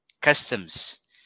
customs